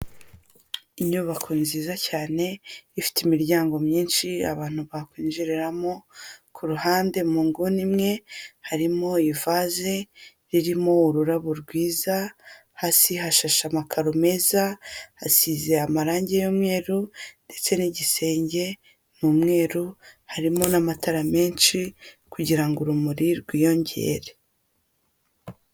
Inyubako nziza cyane, ifite imiryango myinshi abantu bakwinjiramo, ku ruhande mu nguni imwe, harimo ivaze, irimo ururabo rwiza, hasi hashashe amakaro meza, asize amarangi y'umweru, ndetse n'igisenge ni umweru; harimo n'amatara menshi, kugira ngo urumuri rwiyongere.